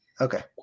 Okay